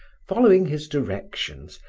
following his directions,